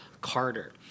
Carter